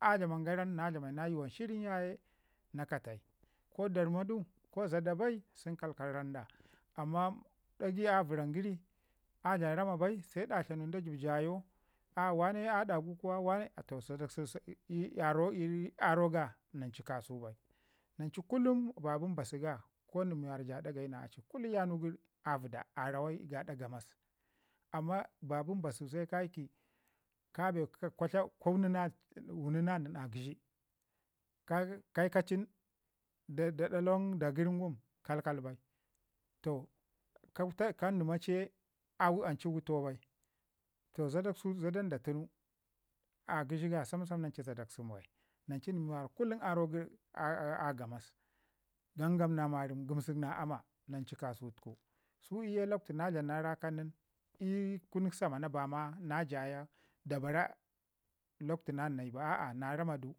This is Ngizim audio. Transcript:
a dlaman garan na dlam na yuwan shirin yaye na katai. ko darma du ko zada bai sun kaikai ramda, amma dagai a vəran yəri a dlam rama bai se ɗa tlanun da jib jayau a wane a ɗa gu kuwa, wane. Toh zada sən "ii aro ii aro ga" nancu kasau bai. Nan cu kullum baɓi mbasu ga ko nin mi wara ja dagayi kullum yanugu a vəda a rawai gaɗa gamas. Amma ba bi mbasu se ka ki kwa tiau wunu na nin a gəshi ke ka cin da ɗak lawan daa gəri ngum kalkal bai, toh kau kandima ci ye ancu watai bai toh zadu su zada nda tunu a gəshi samsam nan ci kasau bai, nan cu nən mi kullum aro gəri a gamas. Gangam na marəm gamsak na ama nan cu kasuta ku. Su ii ye na dlam na rakan nin ii kun samana bama da bara lakwtu nan nayi ba, a a na ramadu